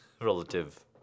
relative